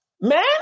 man